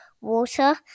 water